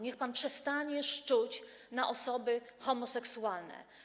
Niech pan przestanie szczuć na osoby homoseksualne.